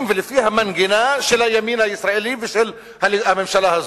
ולפי המנגינה של הימין הישראלי ושל הממשלה הזו.